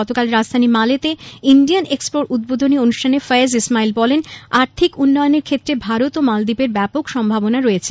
গতকাল রাজধানী মালেতে ইন্ডিয়ান এক্সপোর উদ্বোধনী অনুষ্ঠানে ফৈয়াদ ইসমাইল বলেন আর্থিক উন্নয়নের ক্ষেত্রে ভারত ও মালদ্বীপের ব্যাপক সম্ভাবনা রয়েছে